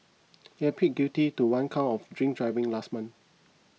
he had pleaded guilty to one count of drink driving last month